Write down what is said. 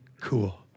cool